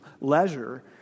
leisure